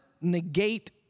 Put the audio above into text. negate